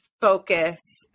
focus